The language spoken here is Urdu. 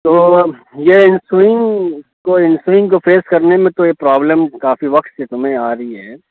تو یہ سونگ کو ان سونگ کو فیس کرنے میں تو یہ پرابلم کافی وقت سے تمہیں آ رہی ہے